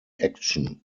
action